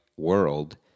world